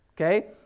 okay